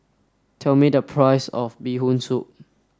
tell me the price of bee hoon soup